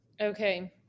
Okay